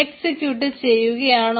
execute ചെയ്യുകയാണോ